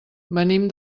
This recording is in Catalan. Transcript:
venim